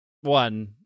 one